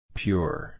pure